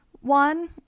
one